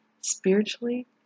spiritually